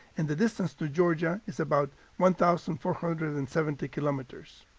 and the distance to georgia is about one thousand four hundred and seventy kilometers.